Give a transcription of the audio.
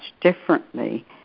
differently